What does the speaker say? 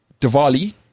Diwali